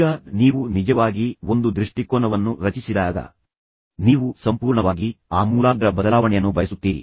ಈಗ ನೀವು ನಿಜವಾಗಿ ನಿಮಗಾಗಿ ಒಂದು ದೃಷ್ಟಿಕೋನವನ್ನು ರಚಿಸಿದಾಗ ನೀವು ಸಂಪೂರ್ಣವಾಗಿ ಆಮೂಲಾಗ್ರ ಬದಲಾವಣೆಯನ್ನು ಬಯಸುತ್ತೀರಿ